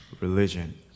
religion